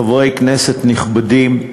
חברי כנסת נכבדים,